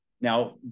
Now